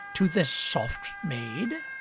to this soft maid?